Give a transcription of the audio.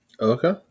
Okay